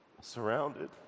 Surrounded